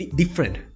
different